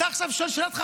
עכשיו אתה שואל שאלת חכם: